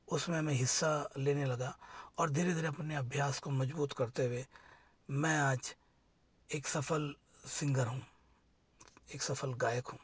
उसमें मैं हिस्सा लेने लगा और धीरे धीरे अपने अभ्यास को मजबूत करते हुए मैं आज एक सफ़ल सिंगर हूँ एक सफ़ल गायक हूँ